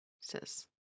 says